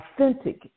authentic